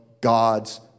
God's